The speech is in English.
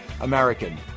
American –